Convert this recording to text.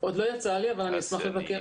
עוד לא יצא לי, אבל אני אשמח לבקר.